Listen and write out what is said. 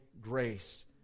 grace